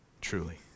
truly